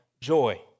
joy